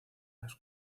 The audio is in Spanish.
las